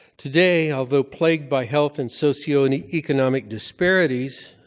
today, although plagued by health and socioeconomic disparities,